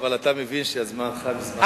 אבל אתה מבין שזמנך מזמן תם.